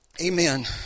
Amen